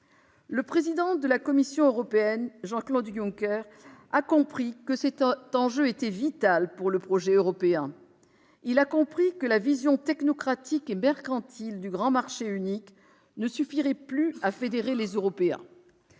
Le président de la Commission européenne, Jean-Claude Juncker, a compris que cet enjeu était vital pour le projet européen. Il a compris que la vision technocratique et mercantile du « grand marché unique » ne suffirait plus à fédérer les Européens.